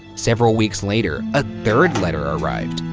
several weeks later, a third letter arrived.